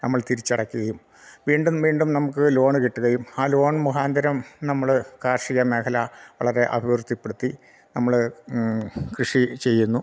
നമ്മൾ തിരിച്ചടയ്ക്കുകയും വീണ്ടും വീണ്ടും നമുക്ക് ലോണ് കിട്ടുകയും ആ ലോൺ മുഖാന്തരം നമ്മൾ കാർഷിക മേഖല വളരെ അഭിവൃദ്ധിപ്പെടുത്തി നമ്മൾ കൃഷി ചെയ്യുന്നു